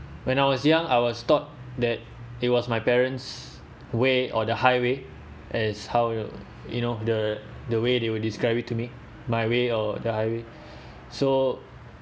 when I was young I was taught that it was my parent's way or the highway as how you you know the the way they will describe it to me my way or the highway so